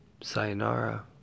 Sayonara